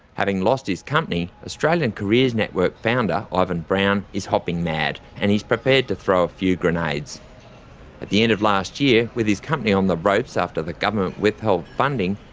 having lost his company, australian careers network founder ivan brown is hopping mad, and he's prepared to throw a few grenades. at the end of last year, with his company on the ropes after the government withheld funding,